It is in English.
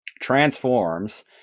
transforms